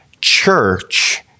church